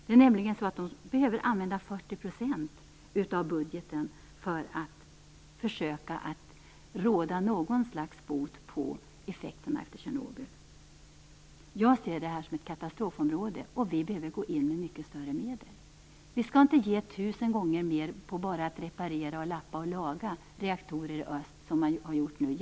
Man behöver nämligen använda 40 % av budgeten för att försöka råda någon slags bot på effekterna av Tjernobyl. Jag ser alltså detta som ett katastrofområde, och vi behöver gå in med mycket större medel. Vi skall inte ge tusen gånger mer, jämfört med det bistånd vi har givit, till att bara reparera, lappa och laga reaktorer i öst, som man har gjort nu.